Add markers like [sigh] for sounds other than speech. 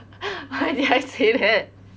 [laughs] why did I say that